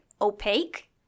opaque